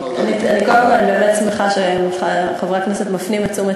אני שמחה שחברי הכנסת מפנים את תשומת